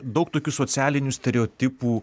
daug tokių socialinių stereotipų